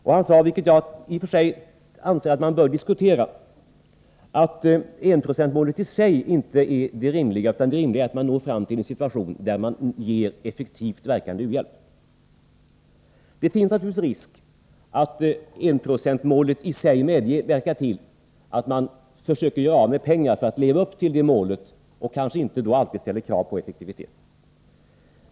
Han sade — vilket jag anser att man bör diskutera — att enprocentsmålet i sig inte är det rimliga utan att det rimliga är att man når fram till en situation som innebär att man ger effektivt verkande u-hjälp. Det finns naturligtvis risk för att enprocentsmålet i sig medverkar till att man försöker göra av med pengar för att leva upp till det målet och kanske inte alltid ställer krav på effektivitet.